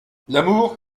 l’amour